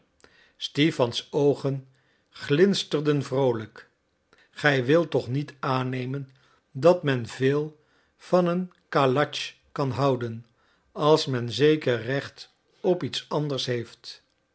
stipans oogen glinsterden vroolijk gij wilt toch niet aannemen dat men veel van een kalatsch kan houden als men zeker recht op iets anders heeft